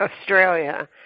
Australia